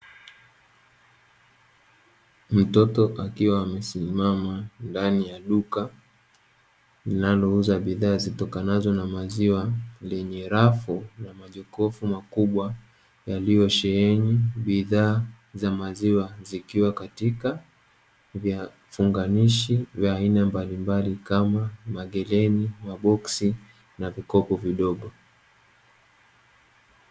Mtoto akiwa amesimama ndani ya duka linalouza bidhaa zitokanazo na maziwa, lenye rafu na majokofu makubwa yaliyosheheni bidhaa za maziwa, zikiwa katika vifunganishi vya aina mbalimbali kama magereni, maboksi na vikopo vidogo.